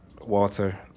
Walter